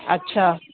اچھا